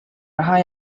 raha